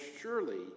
surely